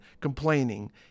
complaining